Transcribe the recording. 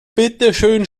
bitteschön